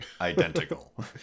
identical